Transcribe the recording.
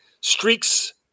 streaks